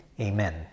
amen